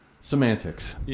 Semantics